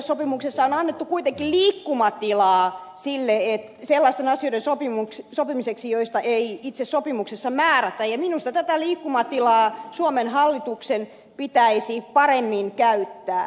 ykn merioikeusyleissopimuksessa on annettu kuitenkin liikkumatilaa sellaisten asioiden sopimiseksi joista ei itse sopimuksessa määrätä ja minusta tätä liikkumatilaa suomen hallituksen pitäisi paremmin käyttää